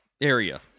area